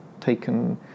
taken